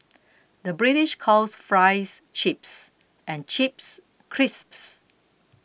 the British calls Fries Chips and Chips Crisps